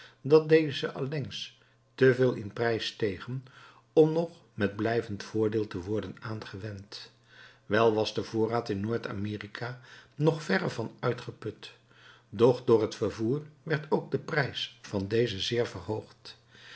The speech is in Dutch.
dat deze allengs te veel in prijs stegen om nog met blijvend voordeel te worden aangewend wel was de voorraad in noord-amerika nog verre van uitgeput doch door het vervoer werd ook de prijs van deze zeer verhoogd